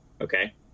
okay